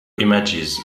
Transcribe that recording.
images